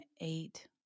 eight